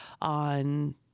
on